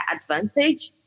advantage